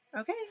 Okay